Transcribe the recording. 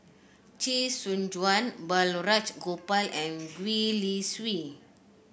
Chee Soon Juan Balraj Gopal and Gwee Li Sui